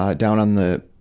um down on the,